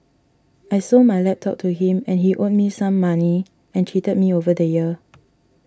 I sold my laptop to him and he owed me some money and cheated me over the year